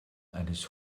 eines